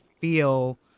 feel